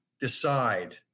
decide